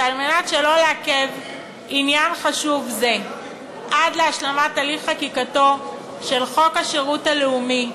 וכדי שלא לעכב עניין חשוב זה עד להשלמת הליך חקיקתו של חוק שירות אזרחי,